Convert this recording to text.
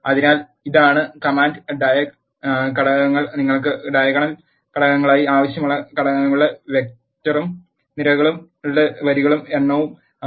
അതിനാൽ ഇതാണ് command diag ഘടകങ്ങൾ നിങ്ങൾക്ക് ഡയഗണൽ ഘടകങ്ങളായി ആവശ്യമുള്ള ഘടകങ്ങളുടെ വെക്റ്ററും നിരകളുടെ വരികളും എണ്ണവും ആണ്